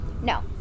no